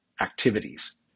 activities